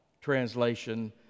translation